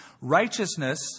Righteousness